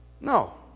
No